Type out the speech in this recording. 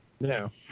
No